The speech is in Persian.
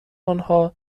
آنها